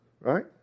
Right